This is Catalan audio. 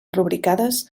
rubricades